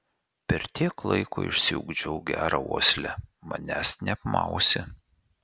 per tiek laiko išsiugdžiau gerą uoslę manęs neapmausi